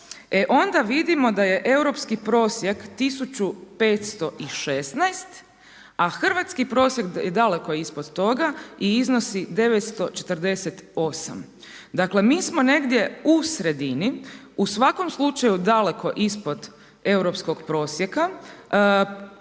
e onda vidimo da je europski prosjek 1516 a hrvatski prosjek je daleko ispod toga i iznosi 948. Dakle mi smo negdje u sredini. U svakom slučaju daleko ispod europskog prosjeka.